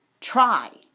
Try